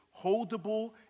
holdable